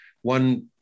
one